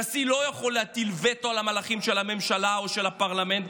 נשיא לא יכול להטיל וטו על המהלכים של הממשלה או של הפרלמנט,